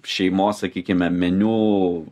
šeimos sakykime meniu